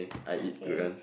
okay